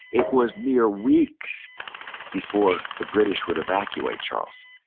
it was mere weeks before the british would evacuate charleston.